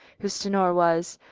whose tenor was,